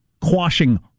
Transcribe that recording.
quashing